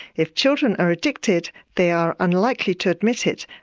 if children are addicted, they are unlikely to admit it,